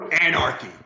Anarchy